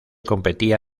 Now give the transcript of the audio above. competía